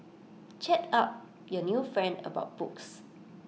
chat up your new friend about books